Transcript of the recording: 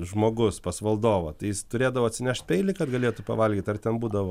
žmogus pas valdovą tai jis turėdavo atsinešt peilį kad galėtų pavalgyt ar ten būdavo